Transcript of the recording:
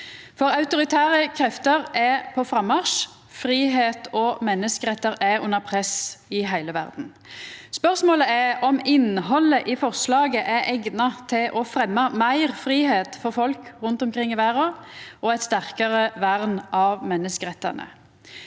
for autoritære krefter er på frammarsj, og fridom og menneskerettar er under press i heile verda. Spørsmålet er om innhaldet i forslaget er eigna til å fremja meir fridom for folk rundt omkring i verda og eit sterkare vern av menneskerettane.